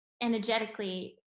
energetically